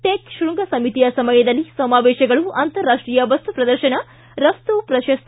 tech ಶೃಂಗ ಸಮಿತಿಯ ಸಮಯದಲ್ಲಿ ಸಮಾವೇಶಗಳು ಅಂತಾರಾಷ್ಟೀಯ ವಸ್ತು ಪ್ರದರ್ಶನ ರಫ್ತು ಪ್ರಶಸ್ತಿ